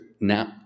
now